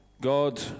god